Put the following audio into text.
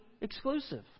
exclusive